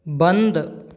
बंद